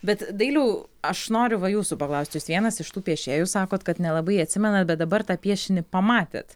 bet dailiau aš noriu va jūsų paklaust jūs vienas iš tų piešėjų sakot kad nelabai atsimenat bet dabar tą piešinį pamatėt